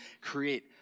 create